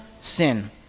sin